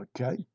Okay